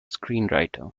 screenwriter